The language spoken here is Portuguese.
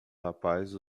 rapaz